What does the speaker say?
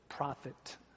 Prophet